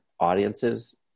audiences